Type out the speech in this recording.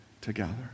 together